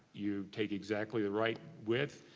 you take exactly the right width,